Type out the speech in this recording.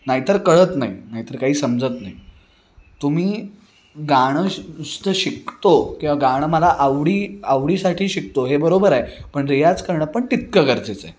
नाहीतर कळत नाही नाहीतर काही समजत नाही तुम्ही गाणं नुसतं शिकतो किंवा गाणं मला आवडी आवडीसाठी शिकतो हे बरोबर आहे पण रियाज करणं पण तितकं गरजेचं आहे